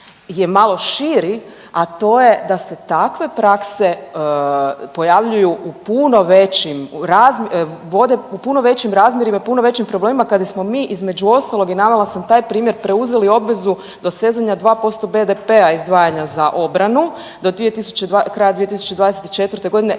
je malo širi, a to je da se takve prakse pojavljuju u puno većim, vode u puno većim razmjerima i puno većim problemima kada smo mi između ostalog i navela sam taj primjer preuzeli obvezu dosezanja 2% BDP-a izdvajanja za obranu do kraja 2024. godine